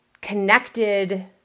connected